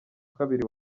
kabiri